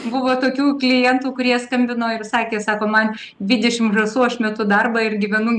buvo tokių klientų kurie skambino ir sakė sako man dvidešim žąsų aš metu darbą ir gyvenu